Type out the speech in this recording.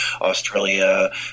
Australia